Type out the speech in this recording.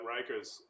Rikers